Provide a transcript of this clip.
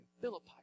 philippi